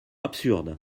absurde